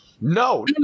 No